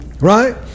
Right